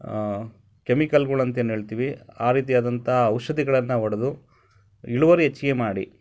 ಕೆಮಿಕಲ್ಗಳಂತ ಏನು ಹೇಳ್ತೀವಿ ಆ ರೀತಿಯಾದಂಥ ಔಷಧಿಗಳನ್ನು ಹೊಡ್ದು ಇಳುವರಿ ಹೆಚ್ಗೆ ಮಾಡಿ